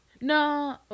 No